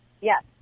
Yes